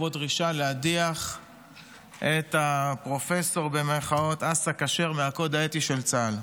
ובו דרישה להדיח את ה"פרופסור" אסא כשר מהקוד האתי של צה"ל.